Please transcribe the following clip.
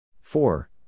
four